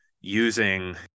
using